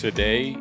Today